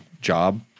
job